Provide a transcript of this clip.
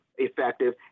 effective